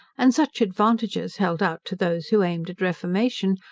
and such advantages held out to those who aimed at reformation,